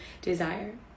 desire